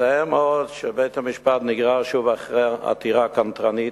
מצער מאוד שבית-המשפט נגרר שוב אחרי עתירה קנטרנית.